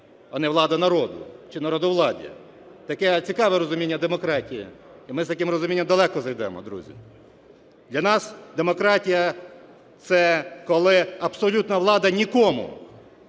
а не влада народу чи народовладдя. Таке цікаве розуміння демократії, і ми з таким розумінням далеко зайдемо, друзі. Для нас демократія – це коли абсолютна влада – нікому,